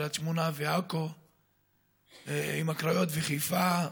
קריית שמונה ועכו לקריות וחיפה,